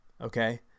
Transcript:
okay